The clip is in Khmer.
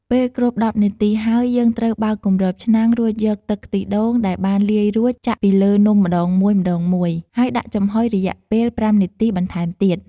ពេលគ្រប់១០នាទីហើយ យើងត្រូវបើកគម្របឆ្នាំង រួចយកទឹកខ្ទិះដូងដែលបានលាយរួចចាក់ពីលើនំម្ដងមួយៗ ហើយដាក់ចំហុយរយៈពេល៥នាទីបន្ថែមទៀត។